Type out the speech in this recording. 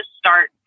start